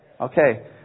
Okay